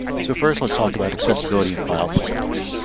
so first, let's talk about accessibility and file formats.